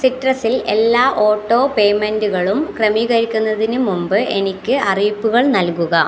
സിട്രസിൽ എല്ലാ ഓട്ടോ പേയ്മെന്റുകളും ക്രമീകരിക്കുന്നതിന് മുമ്പ് എനിക്ക് അറിയിപ്പുകൾ നൽകുക